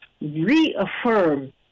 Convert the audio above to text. reaffirm